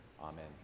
amen